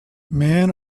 men